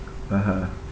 (uh huh)